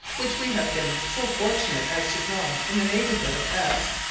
which we have been so fortunate as to draw in the neighbourhood of s,